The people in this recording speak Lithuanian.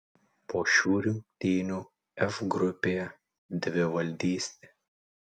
po šių rungtynių f grupėje dvivaldystė